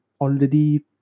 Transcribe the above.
already